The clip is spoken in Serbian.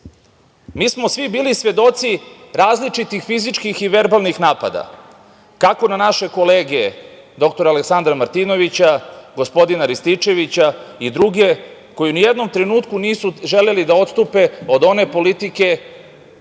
smo svi bili svedoci različitih fizičkih i verbalnih napada kako na naše kolege dr Aleksandra Martinovića, gospodina Rističevića i druge, koji ni u jednom trenutku nisu želeli da odstupe od one politike